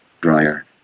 dryer